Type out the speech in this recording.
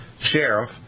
sheriff